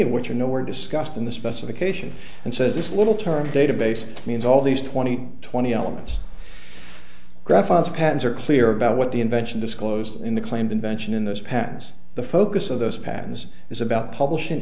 of which are nowhere discussed in the specification and says this little term database means all these twenty twenty elements graph on the pads are clear about what the invention disclosed in the claimed invention in those patents the focus of those patterns is about publish